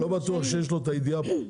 לא בטוח שיש לו את הידיעה פה.